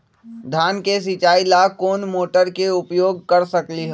धान के सिचाई ला कोंन मोटर के उपयोग कर सकली ह?